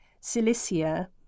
Cilicia